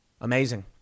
Amazing